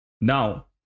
now